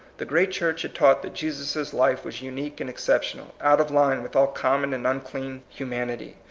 the great church had taught that jesus' life was unique and exceptional, out of line with all common and unclean humanity.